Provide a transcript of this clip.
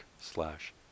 slash